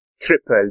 tripled